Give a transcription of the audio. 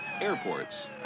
airports